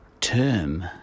term